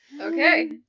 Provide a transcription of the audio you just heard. Okay